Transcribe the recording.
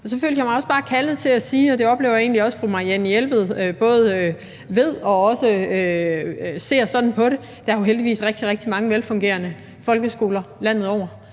er. Så følte jeg mig også bare kaldet til at sige – og det oplever jeg egentlig også at fru Marianne Jelved både ved og ser ligesådan på – at der jo heldigvis er rigtig, rigtig mange velfungerende folkeskoler landet over.